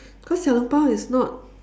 cause xiao-long-bao is not